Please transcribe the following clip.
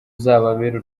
uzababere